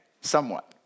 somewhat